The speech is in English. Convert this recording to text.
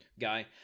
guy